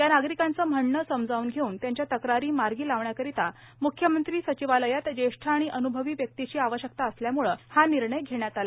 या नागरिकांचं म्हणणं समजावून घेवून त्यांच्या तक्रारी मार्गी लावण्याकरिता मुख्यमंत्री सचिवालयात जेष्ठ आणि अनुभवी व्यक्तीची आवश्यकता असल्यामुळे हा निर्णय घेण्यात आला